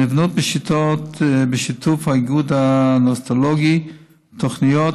נבנות בשיתוף האיגוד הנאונטולוגי תוכניות